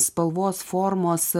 spalvos formos